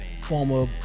former